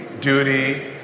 duty